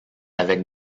avec